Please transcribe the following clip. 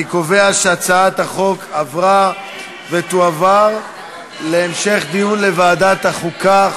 אני קובע שהצעת החוק עברה ותועבר להמשך דיון בוועדת החוקה.